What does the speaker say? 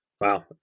Wow